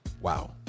Wow